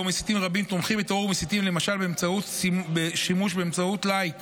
שבו מסיתים רבים תומכים בטרור ומסיתים למשל באמצעות שימוש בסימון לייק